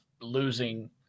losing